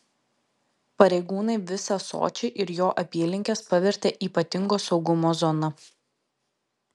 pareigūnai visą sočį ir jo apylinkes pavertė ypatingo saugumo zona